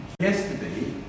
Yesterday